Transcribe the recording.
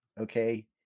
Okay